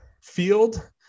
field